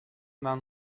man